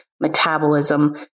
metabolism